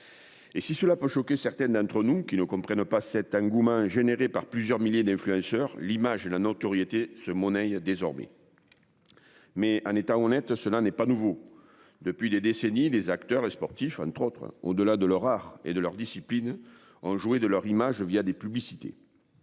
Et si cela peut choquer certains d'entre nous qui ne comprennent pas cet engouement généré par plusieurs milliers d'influenceurs l'image et la notoriété se monnaye désormais. Mais un État honnête cela n'est pas nouveau depuis des décennies, les acteurs, les sportifs 3 au-delà de leur art et de leur discipline en jouer de leur image via des publicités.